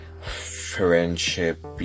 friendship